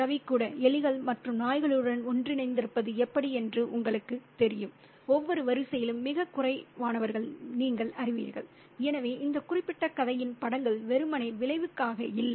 ரவி கூட எலிகள் மற்றும் நாய்களுடன் ஒன்றிணைந்திருப்பது எப்படி என்று உங்களுக்குத் தெரியும் ஒவ்வொரு வரிசையிலும் மிகக் குறைவானவர்களை நீங்கள் அறிவீர்கள் எனவே இந்த குறிப்பிட்ட கதையின் படங்கள் வெறுமனே விளைவுக்காக இல்லை